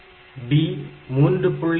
5 set B 3